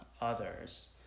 others